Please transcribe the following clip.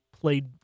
played